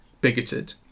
bigoted